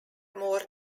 more